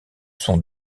sont